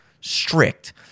strict